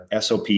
sop